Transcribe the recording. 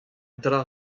dra